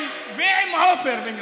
עם עופר, במיוחד,